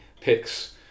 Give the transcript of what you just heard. picks